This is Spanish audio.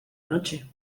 noche